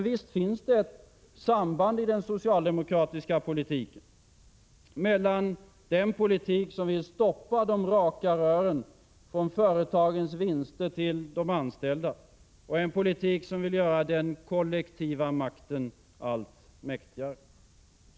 Visst finns det ett samband mellan en politik som vill stoppa de raka rören från företagets vinster till företagets anställda och en politik som vill göra den kollektiva makten allt mäktigare och de slutna fonderna allt starkare.